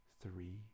three